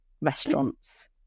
restaurants